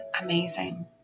amazing